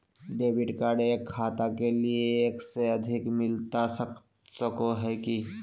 Debit card एक खाता के लिए एक से अधिक मिलता सको है की?